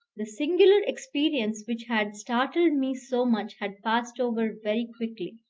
the singular experience which had startled me so much had passed over very quickly,